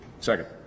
second